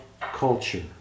culture